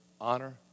honor